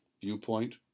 viewpoint